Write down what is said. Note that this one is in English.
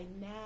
now